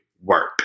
work